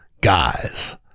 guys